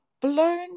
blown